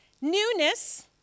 newness